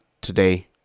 today